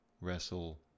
wrestle